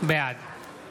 בעד